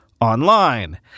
online